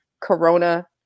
Corona